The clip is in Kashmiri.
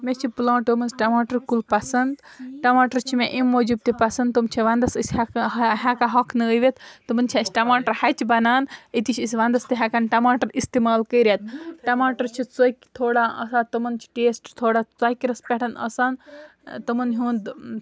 مےٚ چھِ پٕلانٛٹو منٛز ٹماٹَر کُل پَسنٛد ٹماٹَر چھِ مےٚ امہِ موٗجوٗب تہِ پَسنٛد تِم چھِ وَندَس أسۍ ہٮٚک ہیٚکان ہۄکھنٲوِتھ تمَن چھِ اَسہِ ٹَماٹر ہَچہِ بَنان أتی چھِ أسۍ وَندَس تہِ ہٮ۪کان ٹَماٹَر اِستعمال کٔرِتھ ٹماٹَر چھِ ژۄکۍ تھوڑا آسان تمَن چھِ ٹیسٹ تھوڑا ژۄکرَس پٮ۪ٹھ آسان تمَن ہُنٛد